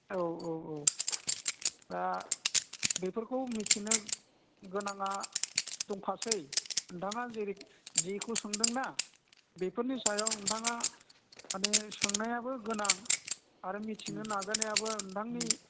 औ औ औ दा बेफोरखौ मिथिनो गोनाङा दंखासै नोंथाङा जेरै जिखौ सोंदों बेफोरनि सायाव नोंथाङा माने सोंनायाबो गोनां आरो मिथिनो नाजानायाबो नोंथांनि